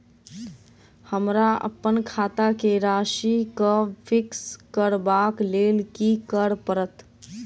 हमरा अप्पन खाता केँ राशि कऽ फिक्स करबाक लेल की करऽ पड़त?